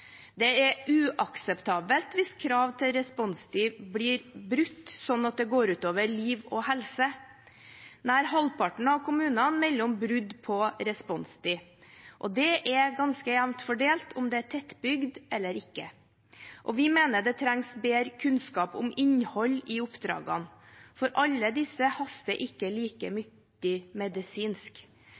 Det er uakseptabelt hvis krav til responstid blir brutt, slik at det går ut over liv og helse. Nær halvparten av kommunene melder om brudd på responstid, og det er ganske jevnt fordelt om det er tettbygd eller ikke. Vi mener det trengs bedre kunnskap om innhold i oppdragene, for alle disse haster ikke like mye medisinsk.